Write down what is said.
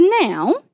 now